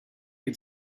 had